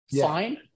fine